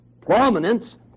prominence